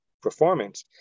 performance